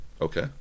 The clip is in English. Okay